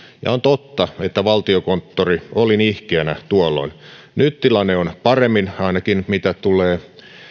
ja on totta että valtiokonttori oli nihkeänä tuolloin nyt tilanne on parempi ainakin mitä tulee